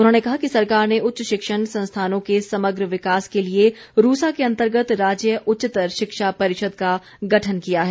उन्होंने कहा कि सरकार ने उच्च शिक्षण संस्थानों के समग्र विकास के लिए रूसा के अंतर्गत राज्य उच्चतर शिक्षा परिषद का गठन किया है